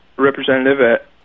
Representative